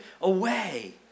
away